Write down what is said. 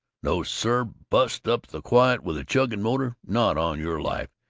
no, sir! bust up the quiet with a chugging motor? not on your life!